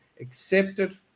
accepted